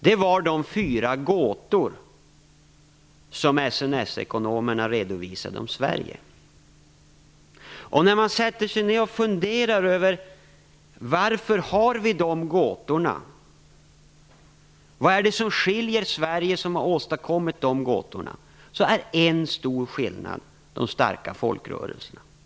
Det var de fyra gåtor som SNS-ekonomerna redovisade om Sverige. När man sätter sig ner och funderar över varför vi har de gåtorna, vad det är som skiljer Sverige som har åstadkommit de gåtorna, är en stor skillnad de starka folkrörelserna.